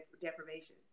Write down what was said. deprivation